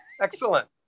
excellent